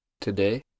Today